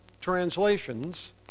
translations